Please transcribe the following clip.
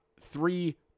three